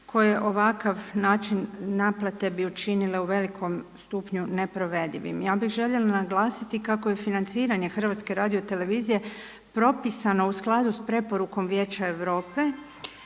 koje ovakav način naplate bi učinile u velikom stupnju neprovedivim. Ja bih željela naglasiti kako je financiranje HRT-a propisano u skladu sa preporukom Vijeća Europe